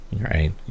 Right